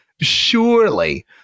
Surely